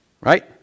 right